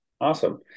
Awesome